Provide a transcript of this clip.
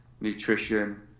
nutrition